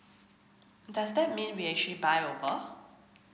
does that mean we actually buy over